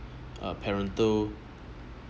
uh parental